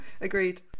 Agreed